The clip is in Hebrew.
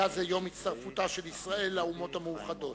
היה זה יום הצטרפותה של ישראל לאומות המאוחדות.